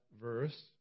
verse